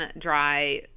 dry